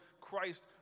Christ